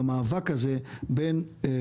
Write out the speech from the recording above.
במאבק הזה ביניכם,